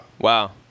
Wow